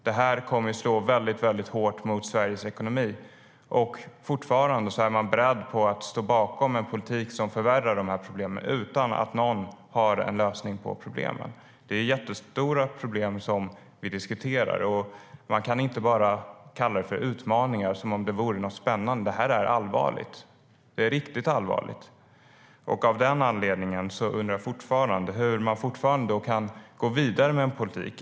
Det här kommer att slå väldigt hårt mot Sveriges ekonomi, men fortfarande är man beredd att stå bakom en politik som förvärrar problemen - utan att någon har en lösning. Det är jättestora problem vi diskuterar. Vi kan inte bara kalla det utmaningar, som om det vore något spännande, utan det här är allvarligt. Det är riktigt allvarligt. Av den anledningen undrar jag alltså hur man fortfarande kan gå vidare med en sådan politik.